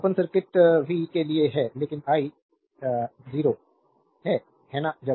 तो open circuit v के लिए है लेकिन आई 0 है है ना